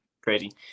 crazy